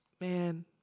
Man